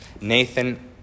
Nathan